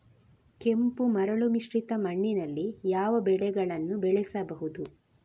ಕೆಂಪು ಮರಳು ಮಿಶ್ರಿತ ಮಣ್ಣಿನಲ್ಲಿ ಯಾವ ಬೆಳೆಗಳನ್ನು ಬೆಳೆಸಬಹುದು?